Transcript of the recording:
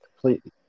completely